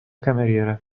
cameriera